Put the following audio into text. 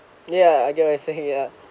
ya I get what you saying yeah